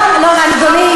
לא, לא תם זמני.